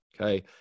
Okay